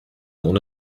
ohne